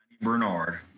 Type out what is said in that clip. Bernard